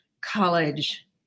college